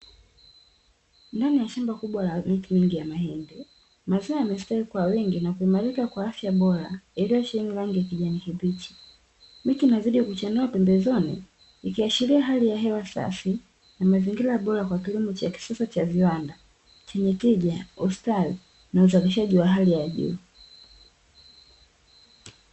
Ndani ya shamba kubwa la miti mingi ya mahindi, mazao yamestawi kwa wingi na kuimarika kwa afya bora yaliyosheheni rangi ya kijani kibichi. Miti inazidi kuchanua pembezoni, ikiashiria hali ya hewa safi na mazingira bora kwa kilimo cha kisasa cha viwanda, chenye tija, ustawi na uzalishaji wa hali ya juu.